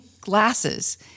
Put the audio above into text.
glasses